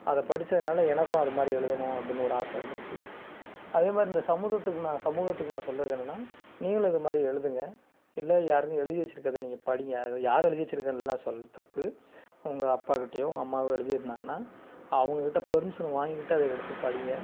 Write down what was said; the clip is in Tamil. அதை படித்ததுனால எனக்கும் அது மாதிரி எழுதணும் அப்படின்னு ஒரு ஆசை இருந்திருக்கு அதே மாதிரி இந்த சமூகத்துக்கு நான் சமூகத்துக்கு நான் சொல்கிறது என்னென்னா நீங்களும் இது மாதிரி எழுதுங்க இல்லை யாருக்கும் எழுதி வைச்சிருக்குறத நீங்கள் படியுங்க அது யார் எழுதி வைச்சிருக்குறதுலாம் சொல் தப்பு உங்கள் அப்பாக்கிட்டேயோ உங்கள் அம்மாவோ எழுதிருந்தாங்கன்னா அவங்கக்கிட்டே பர்மிஷன் வாங்கிட்டு அதை எடுத்து படியுங்க